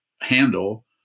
handle